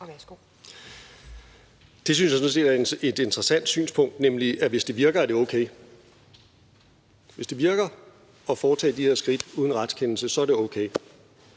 jeg sådan set er et interessant synspunkt, altså at hvis det virker, er det okay. Hvis det virker at foretage de her skridt uden retskendelse, er det okay.